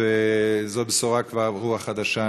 וזאת בשורה כבר ברוח חדשה.